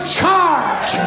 charge